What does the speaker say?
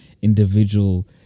individual